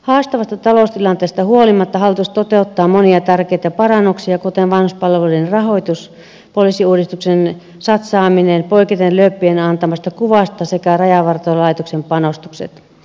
haastavasta taloustilanteesta huolimatta hallitus toteuttaa monia tärkeitä parannuksia kuten vanhuspalvelujen rahoituksen poliisiuudistukseen satsaamisen poiketen lööppien antamasta kuvasta sekä rajavartiolaitoksen panostukset